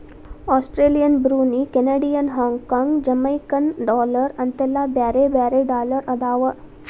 Australian Brunei Canadian Hong Kong Jamaican dollar ಅಂತೆಲ್ಲಾ ಬ್ಯಾರೆ ಬ್ಯಾರೆ ಡಾಲರ್ ಅದಾವ